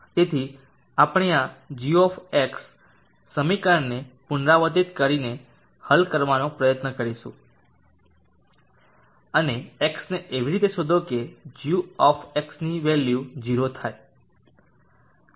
તેથી આપણે આ g સમીકરણને પુનરાવર્તિત રીતે હલ કરવાનો પ્રયત્ન કરીશું અને x ને એવી રીતે શોધો કે g ની વેલ્યુ 0 થાય